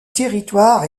territoire